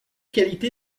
qualités